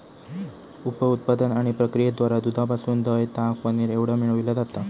उप उत्पादन आणि प्रक्रियेद्वारा दुधापासून दह्य, ताक, पनीर एवढा मिळविला जाता